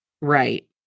Right